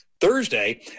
thursday